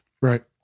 Right